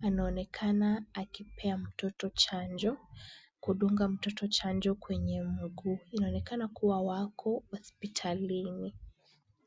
anaonekana akipea mtoto chanjo, kudunga mtoto chanjo kwenye mguu. Inaonekana kuwa wako hospitalini.